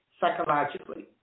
psychologically